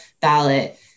ballot